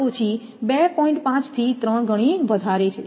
5 થી 3 ગણા વધારે છે